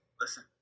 Listen